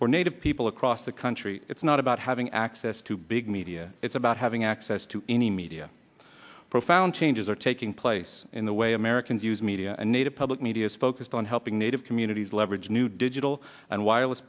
for native people across the country it's not about having access to big media it's about having access to any media profound changes are taking place in the way americans use media native public media is focused on helping native communities leverage new digital and wireless